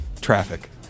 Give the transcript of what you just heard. Traffic